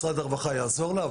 משרד הרווחה יעזור לה,